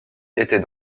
était